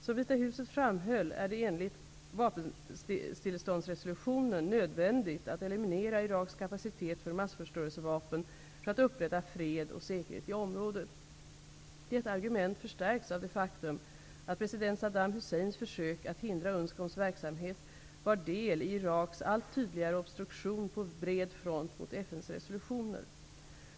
Som Vita huset framhöll, är det enligt vapenstilleståndsresolutionen nödvändigt att eliminera Iraks kapacitet för massförstörelsevapen för att upprätta fred och säkerhet i området. Detta argument förstärks av det faktum, att president Saddam Husseins försök att hindra UNSCOM:s verksamhet var del i Iraks allt tydligare obstruktion på bred front mot FN:s resolutioner.